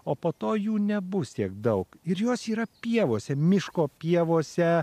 o po to jų nebus tiek daug ir jos yra pievose miško pievose